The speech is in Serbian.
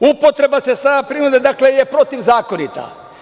Upotreba sredstava prinude, dakle, je protivzakonita.